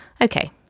Okay